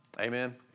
Amen